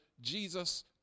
Jesus